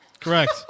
Correct